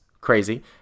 crazy